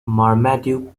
marmaduke